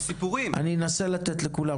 אני אנסה לתת לכולם.